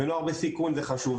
נוער בסיכון זה חשוב,